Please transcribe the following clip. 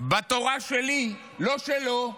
בתורה שלי, לא שלו,